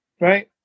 right